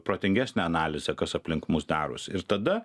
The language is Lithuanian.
protingesnę analizę kas aplink mus darosi ir tada